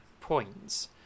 points